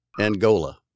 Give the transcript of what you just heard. Angola